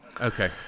Okay